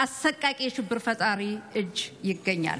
ארגון טרור,